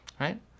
Right